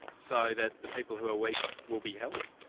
so that the people who are weak will be helped?